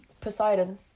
poseidon